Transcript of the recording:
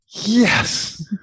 yes